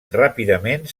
ràpidament